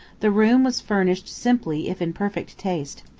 the room was furnished simply if in perfect taste,